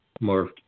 more